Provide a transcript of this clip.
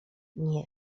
nie